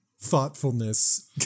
thoughtfulness